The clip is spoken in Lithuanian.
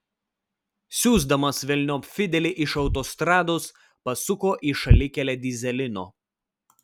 siųsdamas velniop fidelį iš autostrados pasuko į šalikelę dyzelino